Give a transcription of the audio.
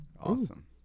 awesome